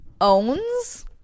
owns